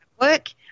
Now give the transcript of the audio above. work